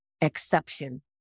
exception